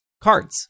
cards